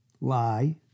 Lie